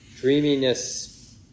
Dreaminess